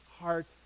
heart